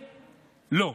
לא,